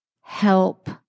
help